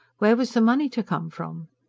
where was the money to come from?